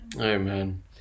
Amen